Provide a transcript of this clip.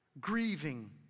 Grieving